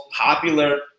popular